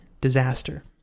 disaster